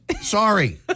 Sorry